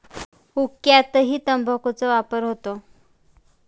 हुक्क्यातही तंबाखूचा वापर होतो